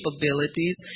capabilities